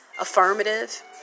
affirmative